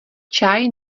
čaj